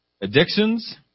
Addictions